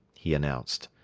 he announced.